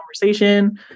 conversation